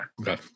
Okay